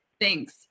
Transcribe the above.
Thanks